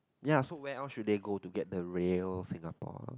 ya so where else should they go to get the real Singapore